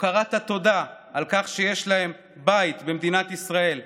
הכרת התודה על כך שיש להם בית במדינת ישראל,